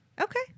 Okay